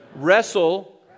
Wrestle